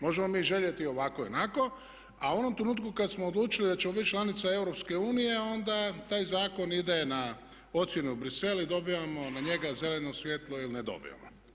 Možemo mi željeli ovako i onako, a u onom trenutku kad smo odlučili da ćemo biti članica EU onda taj zakon ide u ocjenu u Bruxelles i dobivamo na njega zeleno svjetlo ili ne dobivamo.